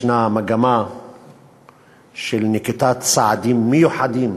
יש מגמה של נקיטת צעדים מיוחדים